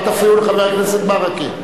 אל תפריעו לחבר הכנסת ברכה.